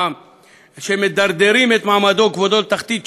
שמדרדרים את מעמדו וכבודו לתחתית שלא הייתה כמותה,